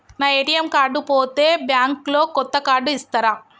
నా ATM card పోతే bank లో కొత్త కార్డు ఇస్తరా?